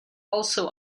also